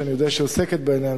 שאני יודע שהיא עוסקת בעניין,